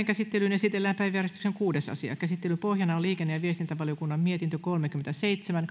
käsittelyyn esitellään päiväjärjestyksen kuudes asia käsittelyn pohjana on liikenne ja viestintävaliokunnan mietintö kolmekymmentäseitsemän